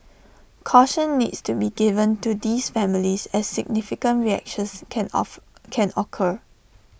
caution needs to be given to these families as significant reactions can off can occur